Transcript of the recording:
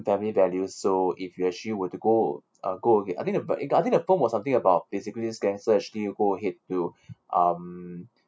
family values so if you actually were to go uh go okay I think the but~ I think the film was something about basically this gangster actually go ahead to um